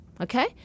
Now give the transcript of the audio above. Okay